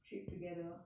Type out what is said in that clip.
trip together